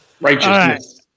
Righteousness